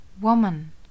Woman